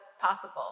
possible